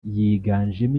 yiganjemo